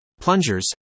plungers